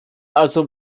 also